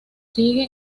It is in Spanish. sigue